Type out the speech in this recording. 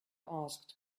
asked